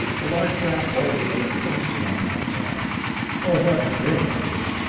a large granite boulder lying against it on the outside or what had been a boulder,